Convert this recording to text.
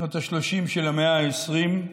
שנות השלושים של המאה ה-20,